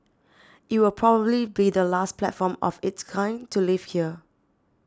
it will probably be the last platform of its kind to leave here